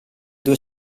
due